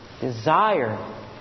desire